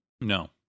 No